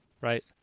right